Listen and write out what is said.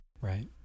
Right